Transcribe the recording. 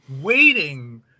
waiting